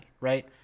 right